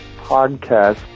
podcast